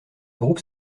groupe